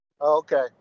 Okay